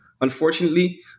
unfortunately